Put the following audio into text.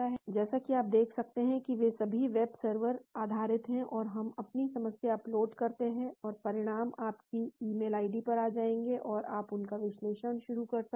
जैसा कि आप देख सकते हैं कि वे सभी वेब सर्वर आधारित हैं तो हम अपनी समस्या अपलोड करते हैं और परिणाम आपकी ईमेल आईडी पर आ जाएंगे और आप उनका विश्लेषण शुरू कर सकते हैं